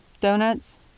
donuts